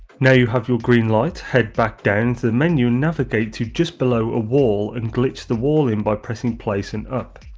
now you have your green light, head back down into the menu and navigate to just below a wall and glitch the wall in by pressing place and up.